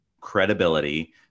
credibility